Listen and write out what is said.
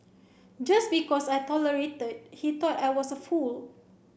just because I tolerated he thought I was a fool